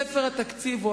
ספר התקציב,